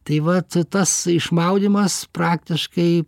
tai vat tas išmaudymas praktiškai